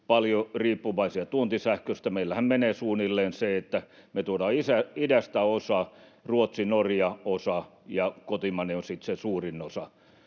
paljon riippuvaisia tuontisähköstä. Meillähän menee suunnilleen niin, että me tuodaan idästä osa, Ruotsista ja Norjasta osa ja kotimainen on sitten se suurin osa,